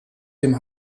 dem